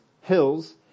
hills